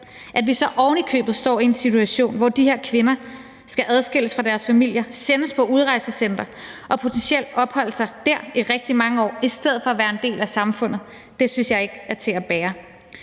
At vi så ovenikøbet står i en situation, hvor de her kvinder skal adskilles fra deres familier, sendes til udrejsecentre og potentielt opholde sig der i rigtig mange år i stedet for at være en del af samfundet, synes jeg ikke er til at bære.